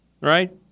Right